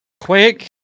Quick